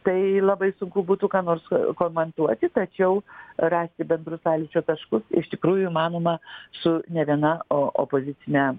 tai labai sunku būtų ką nors komentuoti tačiau rasti bendrus sąlyčio taškus iš tikrųjų įmanoma su ne viena opozicine